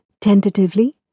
Tentatively